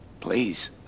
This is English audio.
please